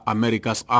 America's